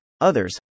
others